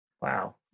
Wow